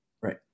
Right